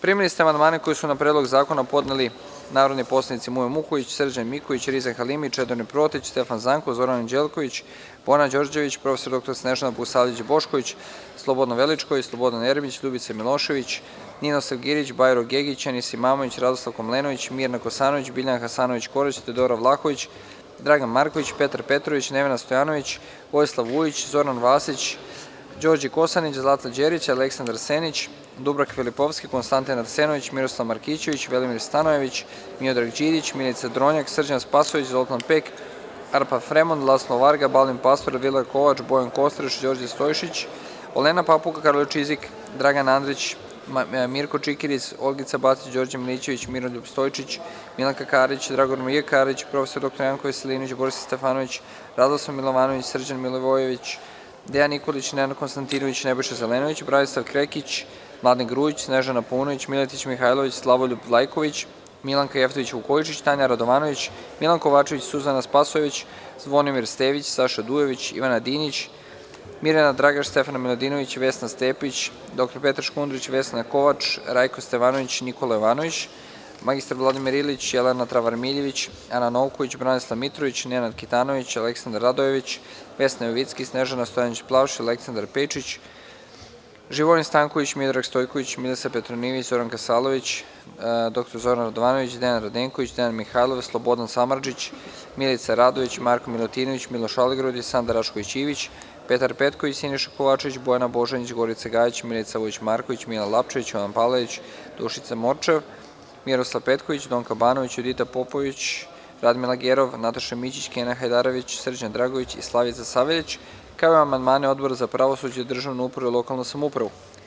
Primili ste amandmane koje su na Predlog zakona podneli narodni poslanici: Mujo Muković, Srđan Miković, Riza Halimi, Čedomir Protić, Stefan Zankov, Zoran Anđelković, Bojana Đorđević, prof. dr Snežana Bogosavljević Bošković, Slobodan Veličković, Slobodan Jeremić, Ljubica Milošević, prim. dr Ninoslav Girić, Bajro Gegić, Enis Imamović, Radoslav Komlenović, Mirna Kosanović, Biljana Hasanović Korać, Teodora Vlahović, Dragan Marković, Petar Petrović, Nevena Stojanović, Vojislav Vujić, Zoran Vasić, mr Đorđe Kosanić, Zlata Đerić, Aleksandar Senić, Dubravka Filipovski, Konstantin Arsenović, Miroslav Markićević, Velimir Stanojević, Miodrag Đidić, Milica Drobnjak, Srđan Spasojević, Zoltan Pek, Arpan Fremond, Laslo Varga, Balint Pastor, Elvira Kovač, Bojan Kostreš, Đorđe Stojšić, Olena Papuga, Karolj Čizik, Dragan Andrić, Mirko Čikiriz, Olgica Batić, Đorđe Milićević, Miroljub Stojčić, Milanka Karić, Dragomir J. Karić, prof. dr Janko Veselinović, Borislav Stefanović, Radoslav Milovanović, Srđan Milivojević, Dejan Nikolić, Nenad Konstantinović, Nebojša Zelenović, Branislav Krekić, Mladen Grujić, Snežana Paunović, Miletić Mihajlović, Slavoljub Vlajković, Milanka Jevtović Vukojičić, Tanja Radovanović, Milan Kovačević, Suzana Spasojević, Zvonimir Stević, Saša Dujović, Ivana Dinić, Mirjana Dragaš, Stefana Miladinović, Vesna Stepić, prof. dr Petar Škundrić, Vesna Kovač, Rajko Stevanović, Nikola Jovanović, mr Vladimir Ilić, Jelena Travar Miljević, Ana Novković, Branislav Mitrović, Nenad Kitanović, dr Aleksandar Radojević, Vesna Jovicki, Snežana Stojanović Plavšić, Aleksandar Pejčić, Živojin Stanković, prof. dr Miodrag Stojković, Milisav Petronijević, Zoran Kasalović, doc. dr Zoran Radovanović, Dejan Radenković, Dejan Mihajlov, Slobodan Samardžić, Milica Radović, Marko Milutinović, Miloš Aligrudić, Sanda Rašković Ivić, Petar Petković, Siniša Kovačević, Bojana Božanić, Gorica Gajić, Milica Vojić Marković, Milan Lapčević, Jovan Palalić, Dušica Morčev, Miroslav Petković, Donka Banović, Judita Popović, Radmila Gerov, Nataša Mićić, Kenan Hajdarević, SrđanDragojević i Slavica Saveljić, kao i amandmane Odbora za pravosuđe, državnu upravu i lokalnu samoupravu.